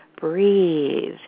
breathe